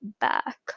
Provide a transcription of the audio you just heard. back